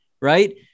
right